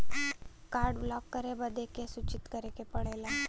Card block करे बदी के के सूचित करें के पड़ेला?